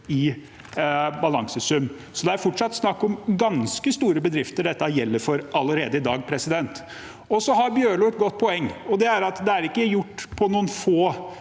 i balansesum. Så det er fortsatt snakk om ganske store bedrifter dette gjelder for allerede i dag. Så har Bjørlo et godt poeng, og det er at det ikke er gjort på noen få